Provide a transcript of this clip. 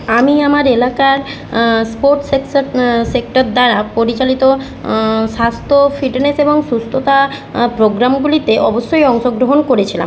আমি আমার এলাকার স্পোর্ট সেকশান সেক্টার দ্বারা পরিচালিত স্বাস্থ ও ফিটনেস এবং সুস্থতা প্রোগ্রামগুলিতে অবশ্যই অংশগ্রহণ করেছিলাম